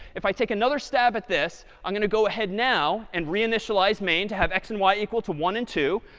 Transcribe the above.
if i take another stab at this, i'm going to go ahead now and reinitialize main to have x and y equal to one and two.